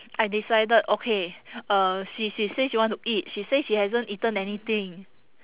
I decided okay uh she she say she want to eat she say she hasn't eaten anything